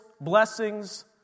blessings